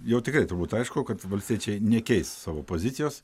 jau tikrai turbūt aišku kad valstiečiai nekeis savo pozicijos